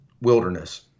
Wilderness